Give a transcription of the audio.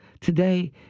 Today